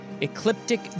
Ecliptic